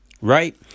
right